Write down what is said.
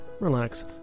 relax